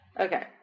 Okay